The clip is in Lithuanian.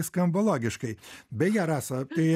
skamba logiškai beje rasa tai